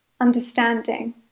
understanding